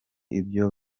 ibyo